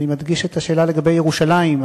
אני מדגיש את השאלה לגבי ירושלים.